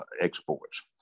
exports